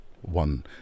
one